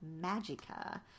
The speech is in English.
Magica